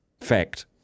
Fact